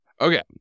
Okay